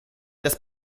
das